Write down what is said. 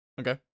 Okay